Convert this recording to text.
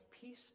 peace